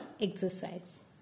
exercise